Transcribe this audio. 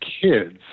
kids